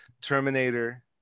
Terminator